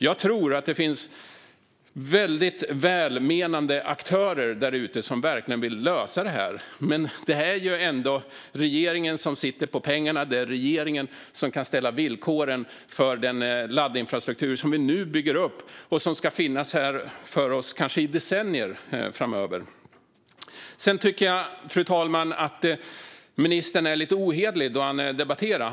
Jag tror att det finns välmenande aktörer där ute som vill lösa detta, men det är ändå regeringen som sitter på pengarna och kan ställa villkoren för den laddinfrastruktur som vi nu bygger upp och som kanske ska finnas i decennier framöver. Fru talman! Sedan tycker jag att ministern är lite ohederlig när han debatterar.